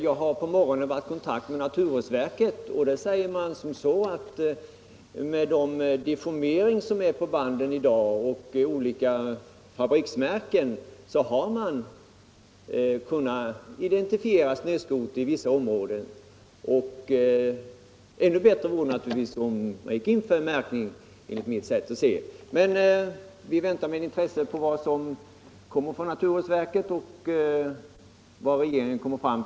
Jag har i dag på morgonen varit i kontakt med naturvårdsverket, och där säger man att genom den deformering av banden som förekommer och genom att ta hänsyn till olika fabriksmärken har man kunnat identifiera snöskotrar i vissa områden. Ännu bättre vore det anturligtvis, enligt mitt sätt att se, om man gick in för märkning. Vi väntar med intresse på vad som kommer från naturvårdsverket och vad regeringen sedan föreslår.